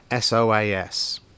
SOAS